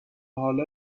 حالا